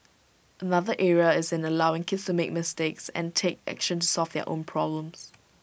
another area is in allowing kids to make mistakes and take action to solve their own problems